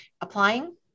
applying